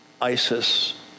ISIS